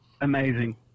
Amazing